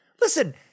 Listen